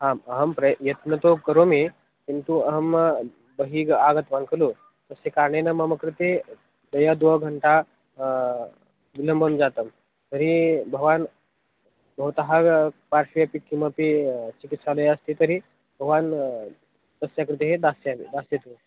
आम् अहं प्रय यत्नं तु करोमि किन्तु अहं बहिः आगतवान् खलु तस्य कारणेन मम कृते द्वयं द्विघण्टा विलम्बं जातं तर्हि भवान् भवतः पार्ष्वेऽपि किमपि चिकित्सालयम् अस्ति तर्हि भवान् तस्य कृते दास्यामि दास्यतु